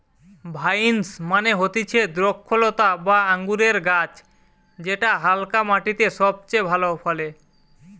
vines মানে হতিছে দ্রক্ষলতা বা আঙুরের গাছ যেটা হালকা মাটিতে সবচে ভালো ফলে